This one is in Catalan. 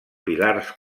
pilars